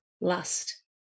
lust